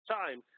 time